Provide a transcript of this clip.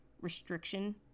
restriction